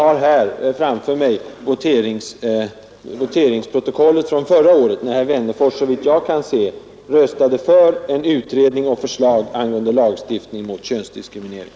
Jag har framför mig voteringsprotokollet från förra året när herr Wennerfors, såvitt jag kan se, röstade för en utredning och förslag angående lagstiftning mot könsdiskriminering.